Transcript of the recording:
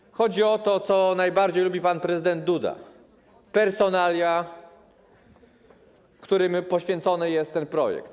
Tutaj chodzi o to, co najbardziej lubi pan prezydent Duda, czyli o personalia, którym poświęcony jest ten projekt.